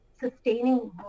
sustaining